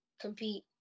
compete